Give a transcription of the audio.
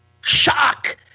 Shock